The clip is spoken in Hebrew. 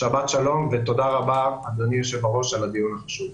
שבת שלום ותודה רבה על הדיון החשוב.